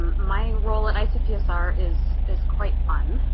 um my role at icpsr is is quite fun.